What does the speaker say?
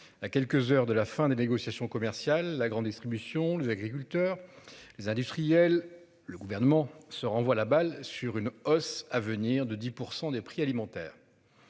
À quelques heures de la fin des négociations commerciales. La grande distribution les agriculteurs. Les industriels. Le gouvernement se renvoient la balle sur une hausse à venir de 10% des prix alimentaires.